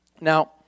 Now